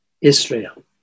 Israel